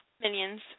minions